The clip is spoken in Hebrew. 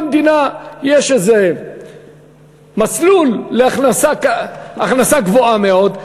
למדינה יש איזה מסלול להכנסה גבוהה מאוד,